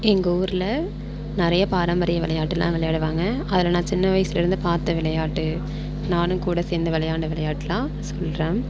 எங்கள் ஊரில் நிறைய பாரம்பரிய விளையாட்டுலாம் விளையாடுவாங்க அதில் நான் சின்ன வயசுலேருந்து பார்த்த விளையாட்டு நானும் கூட சேர்ந்து விளையாண்ட விளையாடலாம் சொல்கிறேன்